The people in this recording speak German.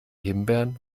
himbeeren